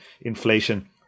inflation